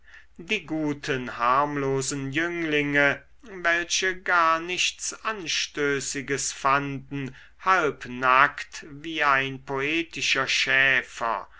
die guten harmlosen jünglinge welche gar nichts anstößiges fanden halb nackt wie ein poetischer schäfer